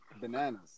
Bananas